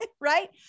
right